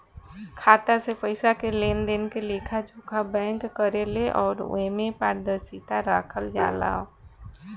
खाता से पइसा के लेनदेन के लेखा जोखा बैंक करेले अउर एमे पारदर्शिता राखल जाला